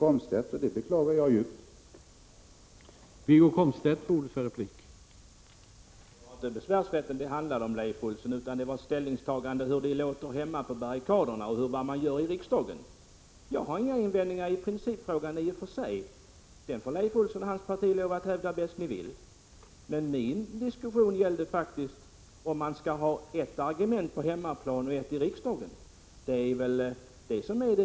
Jag beklagar djupt att Wiggo Komstedt har denna inställning.